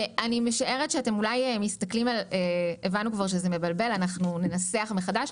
הבנו שזה מבלבל, אנחנו ננסח מחדש.